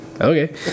Okay